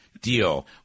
deal